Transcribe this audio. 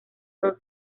son